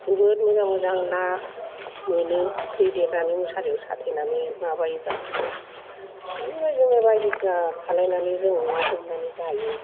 जोबोर मोजां मोजां ना मोनो दै देरनानै मुसारियाव साथेनानै माबायोबा बेफोर बायदिनो बायदिसिना खालायनानै जों ना हमनानै जायो